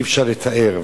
אי-אפשר לתאר.